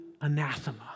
anathema